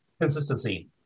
Consistency